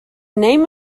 name